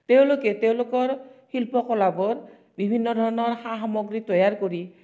তেওঁলোকে তেওঁলোকৰ শিল্পকলাবোৰ বিভিন্ন ধৰণৰ সা সামগ্ৰী তৈয়াৰ কৰি